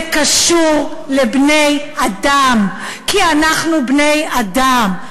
זה קשור לבני-אדם, כי אנחנו בני-אדם.